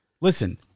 Listen